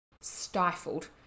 stifled